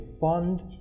fund